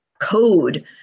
code